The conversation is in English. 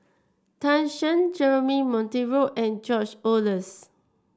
Tan Shen Jeremy Monteiro and George Oehlers